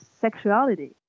sexuality